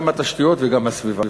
גם התשתיות וגם הסביבה.